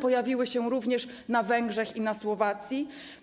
pojawiły się również na Węgrzech i na Słowacji?